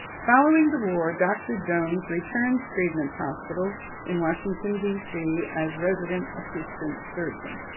following the war, dr. jones returned to freedman's hospital in washington, d c. as resident assistant surgeon.